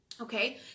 Okay